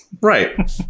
right